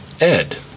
Ed